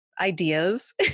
ideas